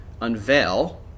unveil